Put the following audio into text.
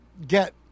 get